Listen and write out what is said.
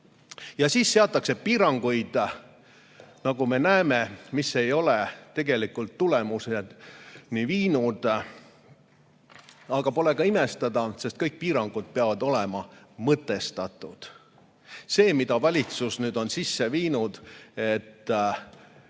Siis seatakse piiranguid, mis, nagu me näeme, ei ole tegelikult tulemuseni viinud. Aga pole ka imestada, sest kõik piirangud peavad olema mõtestatud. Valitsus on sisse viinud selle,